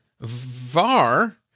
Var